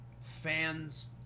fans